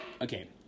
Okay